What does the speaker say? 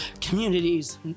communities